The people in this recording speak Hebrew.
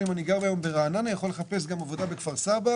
אם אני גר ברעננה אני יכול לחפש גם עבודה בכפר סבא